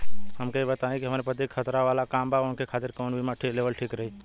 हमके ई बताईं कि हमरे पति क खतरा वाला काम बा ऊनके खातिर कवन बीमा लेवल ठीक रही?